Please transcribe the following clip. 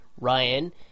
Ryan